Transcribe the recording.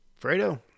Fredo